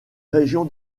région